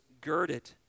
girded